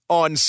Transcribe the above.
on